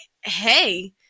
hey